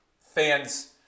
fans